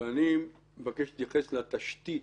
ואני מבקש להתייחס לתשתית,